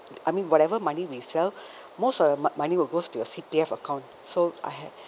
I mean whatever money we sell most of the mo~ money will go to your C_P_F account so I had